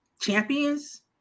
champions